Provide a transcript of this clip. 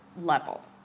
level